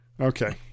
Okay